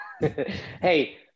Hey